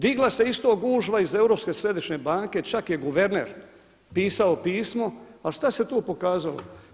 Digla se isto gužva iz Europske središnje banke, čak je guverner pisao pismo, a šta se tu pokazalo?